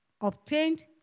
obtained